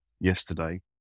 yesterday